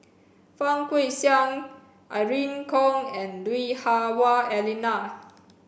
Fang Guixiang Irene Khong and Lui Hah Wah Elena